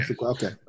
okay